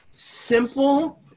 Simple